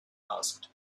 asked